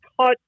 cut